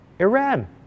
Iran